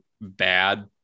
bad